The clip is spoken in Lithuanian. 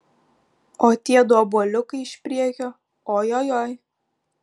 o tiedu obuoliukai iš priekio ojojoi